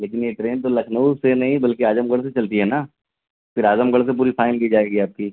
لیکن یہ ٹرین تو لکھنؤ سے نہیں بلکہ اعظم گڑھ سے چلتی ہے نا پھر اعظم گڑھ سے پوری فائن کی جائے گی آپ کی